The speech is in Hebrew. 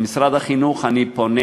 למשרד החינוך אני פונה